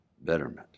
betterment